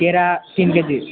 केरा तिन केजी